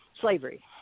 slavery